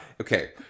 Okay